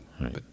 Right